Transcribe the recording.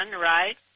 right